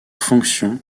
fonction